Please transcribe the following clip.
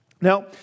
Now